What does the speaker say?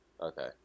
Okay